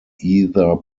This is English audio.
either